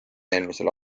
eelmisel